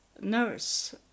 nurse